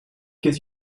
gives